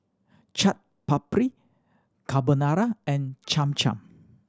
Chaat Papri Carbonara and Cham Cham